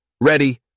Ready